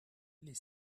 les